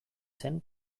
zen